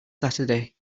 saturday